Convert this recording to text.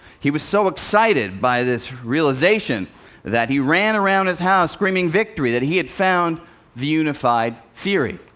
he was so excited by this realization that he ran around his house screaming, victory! that he had found the unified theory.